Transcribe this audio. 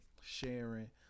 sharing